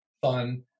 fun